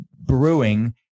brewing